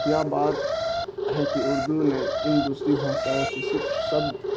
یا بات ہے کہ اردو نے ان دوسری بھاساؤں سے صرف سبد